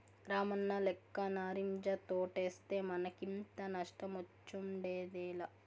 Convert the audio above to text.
రామన్నలెక్క నారింజ తోటేస్తే మనకింత నష్టమొచ్చుండేదేలా